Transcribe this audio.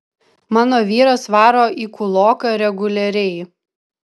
mano vyras varo į kūloką reguliariai